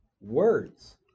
words